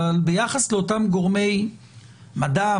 אבל ביחס לאותם גורמי מדע,